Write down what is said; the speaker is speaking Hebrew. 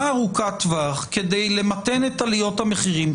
ארוכת טווח כדי למתן את עליות המחירים?